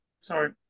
Sorry